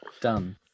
done